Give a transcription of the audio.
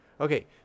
Okay